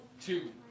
two